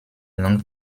langues